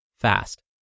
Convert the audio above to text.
fast